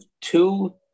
two